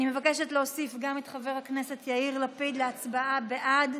אני מבקשת להוסיף גם את חבר הכנסת יאיר לפיד להצבעה בעד.